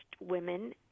women